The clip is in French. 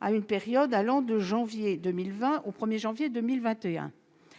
à une période allant de janvier 2020 au 1 janvier 2021.